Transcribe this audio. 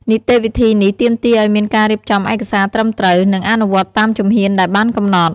នីតិវិធីនេះទាមទារឲ្យមានការរៀបចំឯកសារត្រឹមត្រូវ និងអនុវត្តតាមជំហានដែលបានកំណត់។